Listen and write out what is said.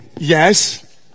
Yes